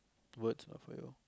towards my